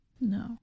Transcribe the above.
No